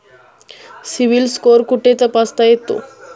CIBIL score कुठे तपासता येतो?